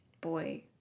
Boy